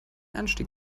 anstieg